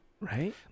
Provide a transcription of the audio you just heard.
Right